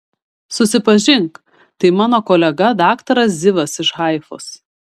susipažink tai mano kolega daktaras zivas iš haifos